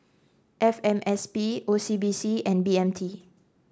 F M S P O C B C and B M T